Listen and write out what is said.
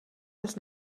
das